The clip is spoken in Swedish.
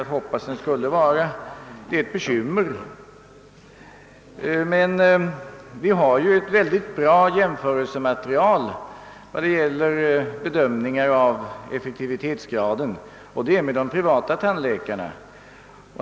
Vad gäller bedömningen av effektivitetsgraden har vi ett bra jämförelsematerial i de privata tandläkarna.